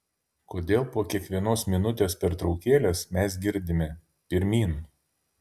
kodėl po kiekvienos minutės pertraukėlės mes girdime pirmyn